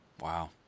Wow